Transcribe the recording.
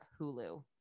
Hulu